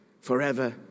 forever